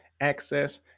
access